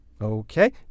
Okay